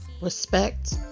respect